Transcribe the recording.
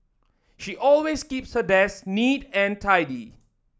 she always keeps her desk neat and tidy